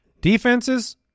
defenses